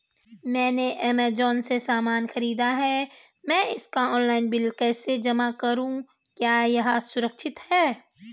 मैंने ऐमज़ान से सामान खरीदा है मैं इसका ऑनलाइन बिल कैसे जमा करूँ क्या यह सुरक्षित है?